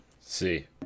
See